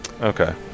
Okay